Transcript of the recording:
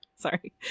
sorry